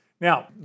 Now